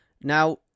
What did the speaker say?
Now